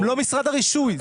הם לא משרד הרישוי.